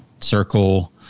circle